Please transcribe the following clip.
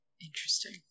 Interesting